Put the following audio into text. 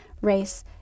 race